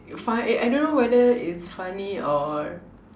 fun uh I don't know whether it's funny or